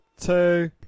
two